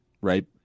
right